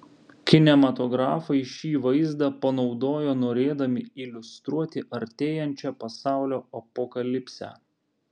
kinematografai šį vaizdą panaudojo norėdami iliustruoti artėjančią pasaulio apokalipsę